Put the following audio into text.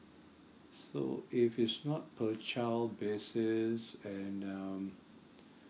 so if it's not per child basis and um